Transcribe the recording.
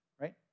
right